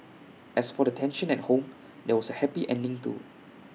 as for the tension at home there was A happy ending too